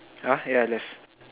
!huh! yeah left